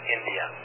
India